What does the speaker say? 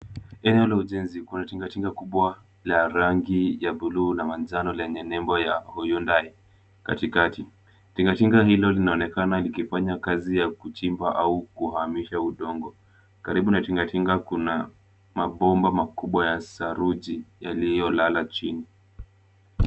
Eneo la ujenzi kuna tinga tinga kubwa la rangi ya buluu na manjano lenye nembo ya Hyundai katikati. Tingatika hilo linaonekana likifanya kazi ya kuchimba au kuhamisha udongo. Karibu na tingatinga kuna mabomba makubwa ya saruji yaliyolala chini.